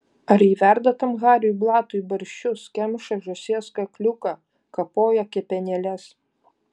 ar ji verda tam hariui blatui barščius kemša žąsies kakliuką kapoja kepenėles